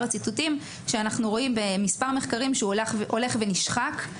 הציטוטים שאנחנו רואים במספר מחקרים שהוא הולך ונשחק.